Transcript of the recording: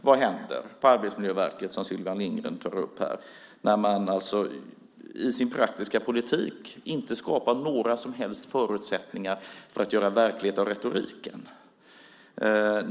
Vad händer på Arbetsmiljöverket, som Sylvia Lindgren tar upp, när man i sin praktiska politik inte skapar några som helst förutsättningar för att göra verklighet av retoriken?